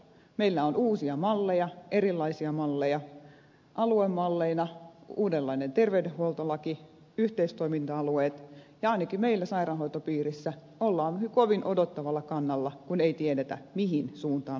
meillä on uusia malleja erilaisia malleja aluemalleina uudenlainen terveydenhuoltolaki yhteistoiminta alueet ja ainakin meillä sairaanhoitopiirissä ollaan kovin odottavalla kannalla kun ei tiedetä mihin suuntaan oikeasti mennään